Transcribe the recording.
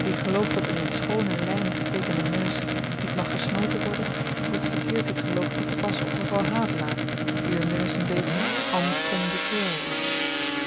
wie gelooft dat een in schoone lynen geteekende neus niet mag gesnoten worden doet verkeerd dit geloof toetepassen op mevrouw havelaar wier neus een beetje en pomme de terre is